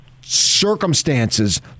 circumstances